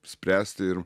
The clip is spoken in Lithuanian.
spręsti ir